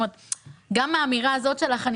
גם האמירה הזאת שלך,